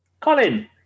colin